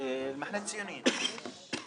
אין ההסתייגות (15) של סיעת המחנה הציוני לסעיף